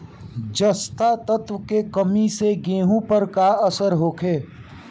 जस्ता तत्व के कमी से गेंहू पर का असर होखे?